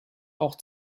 auch